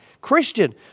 Christian